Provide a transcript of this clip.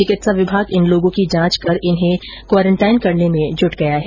चिकित्सा विभाग इन लोगों की जांच कर इन्हें क्वारेंटाइन करने में जुट गया है